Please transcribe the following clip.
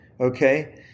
Okay